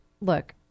look